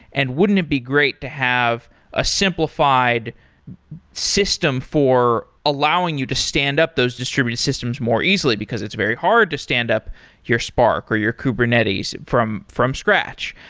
and wouldn't it be great to have a simplified system for allowing you to stand up those distributed systems more easily, because it's very hard to stand up your spark, or your kubernetes from from scratch.